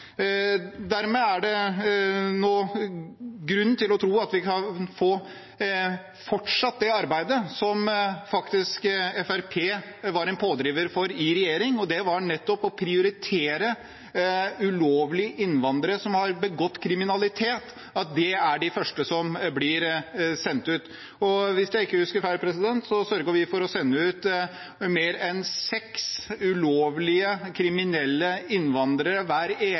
Dermed er det nå grunn til å tro at vi kan fortsette det arbeidet som Fremskrittspartiet var en pådriver for i regjering, nettopp å prioritere ulovlige innvandrere som har begått kriminalitet, at de er de første som blir sendt ut. Hvis jeg ikke husker feil, sørget vi for å sende ut mer enn seks ulovlige kriminelle innvandrere hver eneste dag mens vi satt i regjering. Det er